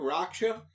Raksha